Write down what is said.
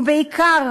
ובעיקר,